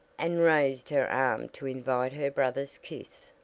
and raised her arm to invite her brother's kiss.